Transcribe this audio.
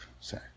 say